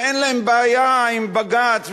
ואין להן בעיה עם בג"ץ,